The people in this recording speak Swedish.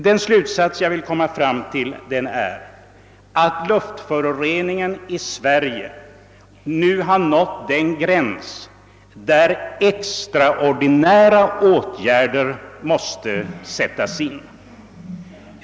Den slutsats jag vill komma fram till är att luftföroreningen i Sverige nu har nått den gräns där extraordinära åtgärder måste sättas in.